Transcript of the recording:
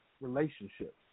relationship